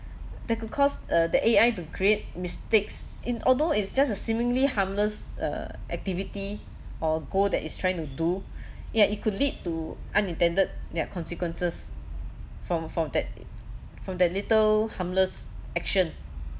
that could cause uh the A_I to create mistakes in although it's just a seemingly harmless uh activity or goal that it's trying to do yet it could lead to unintended ya consequences from from that from that little harmless action